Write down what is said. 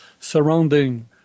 surrounding